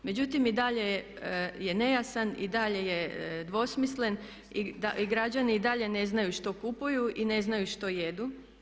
Međutim, i dalje je nejasan, i dalje je dvosmislen i građani i dalje ne znaju što kupuju i ne znaju što jedu.